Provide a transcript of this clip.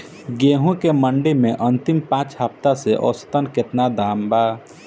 गेंहू के मंडी मे अंतिम पाँच हफ्ता से औसतन केतना दाम बा?